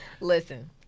listen